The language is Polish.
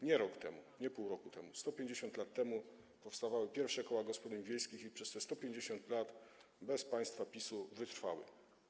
Nie rok, nie pół roku temu, ale 150 lat temu powstawały pierwsze koła gospodyń wiejskich i przez te 150 lat bez państwa PiS-u wytrwały.